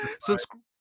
subscribe